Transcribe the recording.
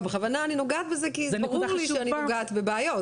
לא בכוונה אני נוגעת בזה כי ברור לי שאני נוגעת בבעיות,